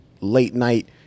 late-night